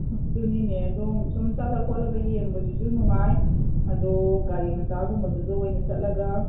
ꯑꯗꯨꯅꯤꯅꯦ ꯑꯗꯣ ꯁꯨꯝ ꯆꯠꯂ ꯈꯣꯠꯂꯒ ꯌꯦꯡꯕꯁꯤꯁꯨ ꯅꯨꯡꯉꯥꯏ ꯑꯗꯣ ꯒꯥꯔꯤ ꯃꯆꯥꯒꯨꯝꯕꯗꯨꯗ ꯑꯣꯏꯅ ꯆꯠꯂꯒ